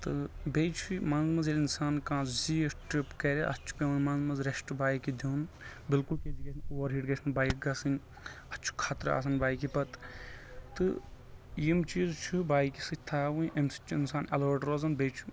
تہٕ بیٚیہِ چھُ منٛز منٛزٕ ییٚلہِ اِنسان کانٛہہ زیٖٹھۍ ٹرٕپ کرِ اَتھ چھُ پٮ۪وان منٛزٕ منٛز رٮ۪سٹ بایکہِ دیُن بالکل اوُر ہیٖٹ گژھہِ نہٕ بایک گژھٕنۍ اَتھ چھُ خطرٕ آسان بایکہِ پتہٕ تہٕ یِم چیٖز چھ بایکہِ سۭتۍ تھاوٕنۍ أمہِ سۭتۍ چھُ اِنسان اٮ۪لٔاٹ روزان بیٚیہِ چھُ